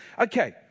Okay